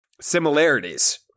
similarities